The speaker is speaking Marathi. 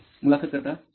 मुलाखत कर्ता रोज